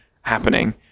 happening